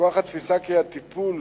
מכוח התפיסה כי הטיפול